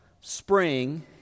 spring